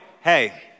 hey